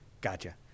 Gotcha